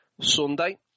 Sunday